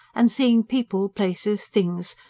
and seeing people, places, things,